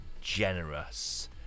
generous